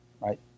right